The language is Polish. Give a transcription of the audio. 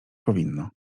powinno